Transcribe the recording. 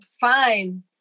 Fine